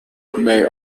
may